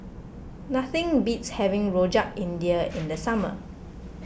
nothing beats having Rojak India in the summer